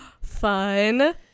Fun